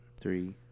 Three